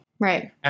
Right